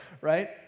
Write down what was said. right